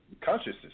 consciousness